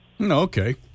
Okay